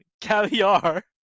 Caviar